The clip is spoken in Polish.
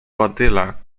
badyla